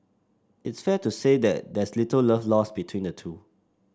it's fair to say that there's little love lost between the two